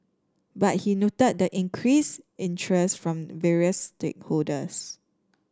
but he noted the increased interest from various stakeholders